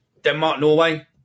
Denmark-Norway